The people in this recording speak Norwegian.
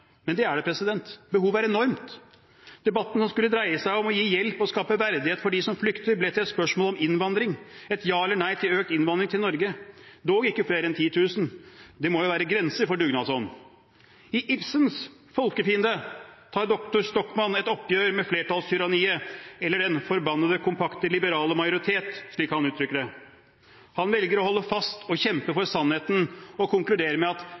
Men det er det. Behovet er enormt. Debatten som skulle dreie seg om å gi hjelp og skape verdighet for dem som flykter, ble til et spørsmål om innvandring – et ja eller nei til økt innvandring til Norge, dog ikke flere enn 10 000. Det må være grenser for dugnadsånd. I Ibsens En folkefiende tar doktor Stockmann et oppgjør med flertallstyranniet eller «den forbannede kompakte, liberale majoritet», slik han uttrykker det. Han velger å holde fast og kjempe for sannheten og konkluderer med at